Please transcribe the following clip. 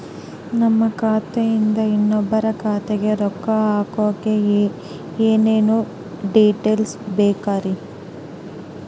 ನಮ್ಮ ಖಾತೆಯಿಂದ ಇನ್ನೊಬ್ಬರ ಖಾತೆಗೆ ರೊಕ್ಕ ಹಾಕಕ್ಕೆ ಏನೇನು ಡೇಟೇಲ್ಸ್ ಬೇಕರಿ?